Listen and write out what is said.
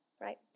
right